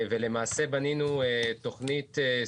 ומתקשים לשרוד